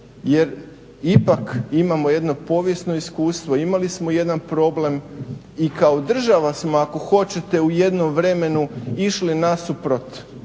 jer ipak imamo jedno povijesno iskustvo, imali smo jedan problem. i kao država smo ako hoćete u jednom vremenu išli nasuprot